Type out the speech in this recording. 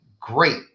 great